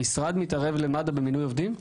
המשרד מתערב למד"א במינוי עובדים?